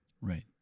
Right